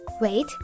Wait